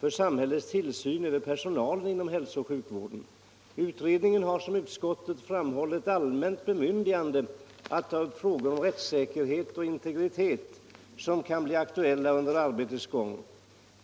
för samhällets tillsyn över personalen inom hälsooch sjukvården. Som utskottet framhållit har utredningen ett allmänt bemyndigande att ta upp frågor om rättssäkerhet och integritet som kan bli aktuella under arbetets gång.